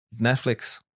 Netflix